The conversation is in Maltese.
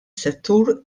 settur